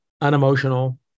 unemotional